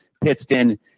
Pittston